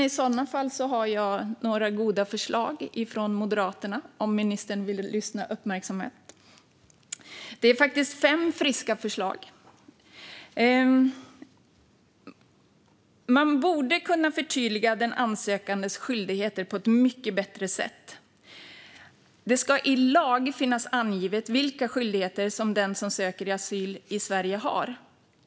I så fall har jag några goda förslag från Moderaterna, om ministern vill lyssna uppmärksamt. Det är fem friska förslag. Man borde kunna förtydliga den sökandes skyldigheter på ett mycket bättre sätt. Det ska i lag finnas angivet vilka skyldigheter den som söker asyl i Sverige har.